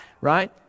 right